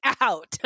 out